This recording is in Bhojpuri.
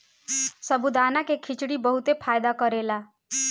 साबूदाना के खिचड़ी बहुते फायदा करेला